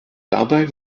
dabei